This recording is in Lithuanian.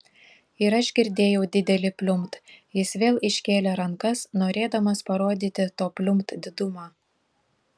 ir aš girdėjau didelį pliumpt jis vėl iškėlė rankas norėdamas parodyti to pliumpt didumą